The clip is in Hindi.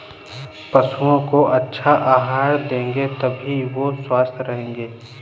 पशुओं को अच्छा आहार दोगे तभी वो स्वस्थ रहेंगे